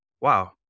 wow